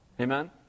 Amen